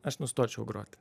aš nustočiau grot